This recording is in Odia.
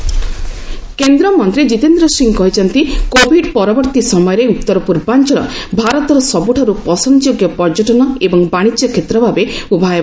ଜିତେନ୍ଦ୍ର ସିଂହ କେନ୍ଦ୍ରମନ୍ତ୍ରୀ କିତେନ୍ଦ୍ର ସିଂହ କହିଛନ୍ତି କୋଭିଡ୍ ପରବର୍ତ୍ତୀ ସମୟରେ ଉତ୍ତର ପୂର୍ବାଞ୍ଚଳ ଭାରତର ସବ୍ରଠାର୍ଚ୍ଚ ପସନ୍ଦଯୋଗ୍ୟ ପର୍ଯ୍ୟଟନ ଏବଂ ବାଣିଜ୍ୟ କ୍ଷେତ୍ର ଭାବେ ଉଭା ହେବ